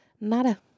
nada